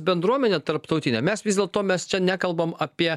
bendruomenė tarptautinė mes vis dėlto mes čia nekalbame apie